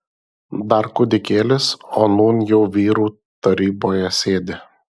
dar kūdikėlis o nūn jau vyrų taryboje sėdi